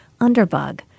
Underbug